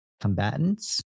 combatants